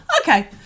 Okay